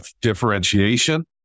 differentiation